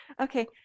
Okay